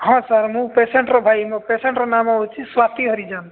ହଁ ସାର୍ ମୁଁ ପେସେଣ୍ଟ୍ର ଭାଇ ମୋ ପେସେଣ୍ଟର ନାମ ହେଉଛି ସ୍ୱାତୀ ହରିଜନ୍